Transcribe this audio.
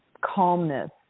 calmness